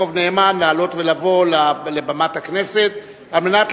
יעקב נאמן לעלות ולבוא לבמת הכנסת על מנת